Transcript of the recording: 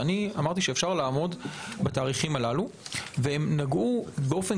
אני אמרתי שאפשר לעמוד בתאריכים הללו והם נגעו באופן